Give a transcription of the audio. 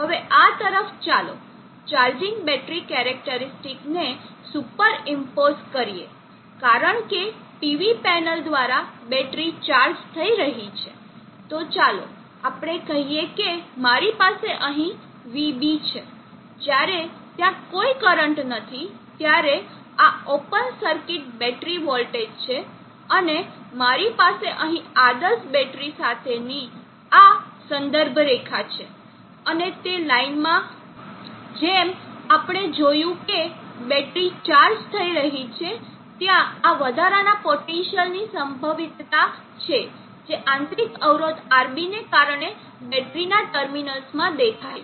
હવે આ તરફ ચાલો ચાર્જિંગ બેટરી કેરેકટરીસ્ટીક ને સુપરિમ્પોઝ કરીએ કારણ કે PV પેનલ દ્વારા બેટરી ચાર્જ થઈ રહી છે તો ચાલો આપણે કહીએ કે મારી પાસે અહીં vB છે જ્યારે ત્યાં કોઈ કરંટ નથી ત્યારે આ ઓપન સર્કિટ બેટરી વોલ્ટેજ છે અને મારી પાસે અહીં આદર્શ બેટરી સાથેની આ સંદર્ભ રેખા છે અને તે લાઈનમાં જેમ આપણે જોયું કે બેટરી ચાર્જ થઈ રહી છે ત્યાં આ વધારા પોટેન્સીઅલની સંભવિતતા છે જે આંતરિક અવરોધ RB ને કારણે બેટરીના ટર્મિનલ્સમાં દેખાય છે